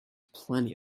plenty